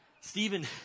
Stephen